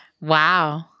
Wow